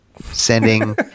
sending